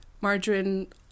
Margarine